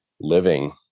living